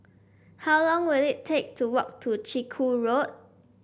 how long will it take to walk to Chiku Road